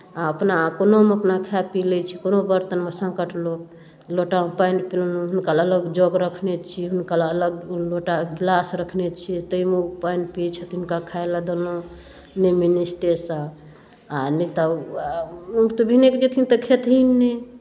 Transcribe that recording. आ अपना कोनोमे अपना खाए पी लै छी कोनो बर्तनमे साँकट लोक लोटामे पानि पी लेलहुँ हुनका लेल अलग जग रखने छी हुनका लेल अलग लोटा गिलास रखने छियै ताहिमे ओ पानि पियै छथिन हुनका खाय लेल देलहुँ नियम निष्ठेसँ आ नहि तऽ ओ तऽ भिनकि जथिन तऽ खेथिन नहि